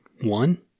one